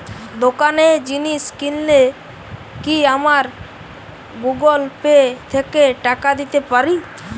দোকানে জিনিস কিনলে কি আমার গুগল পে থেকে টাকা দিতে পারি?